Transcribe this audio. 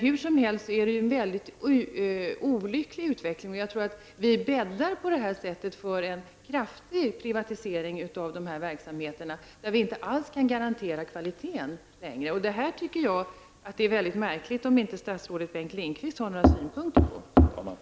Hur som helst är det ju en väldigt olycklig utveckling. Jag tror att vi på det här sättet bäddar för en kraftig privatisering av denna typ av verksamhet, där vi inte alls kan garantera kvaliteten längre. Jag tycker att det vore väldigt märkligt om inte statsrådet Bengt Lindqvist hade några synpunkter på detta.